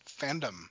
fandom